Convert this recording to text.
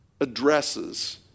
addresses